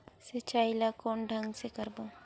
सिंचाई ल कोन ढंग से करबो?